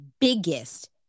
biggest